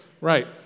Right